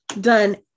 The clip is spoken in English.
done